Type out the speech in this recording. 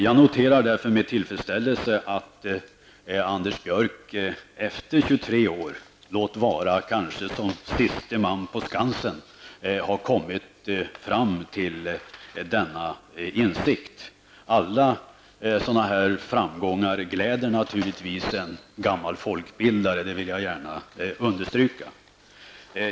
Jag noterar med tillfredsställelse att Anders Björck efter 23 år, låt vara kanske som siste man på skansen, har kommit fram till denna insikt. Alla sådana här framgångar gläder naturligtvis en gammal folkbildare, det vill jag gärna understryka.